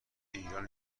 ایران